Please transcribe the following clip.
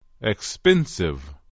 Expensive